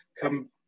come